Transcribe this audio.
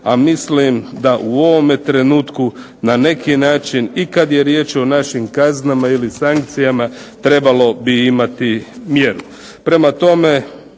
a mislim da u ovom trenutku na neki način i kada je riječ o našim kaznama ili sankcijama trebalo bi imati mjeru.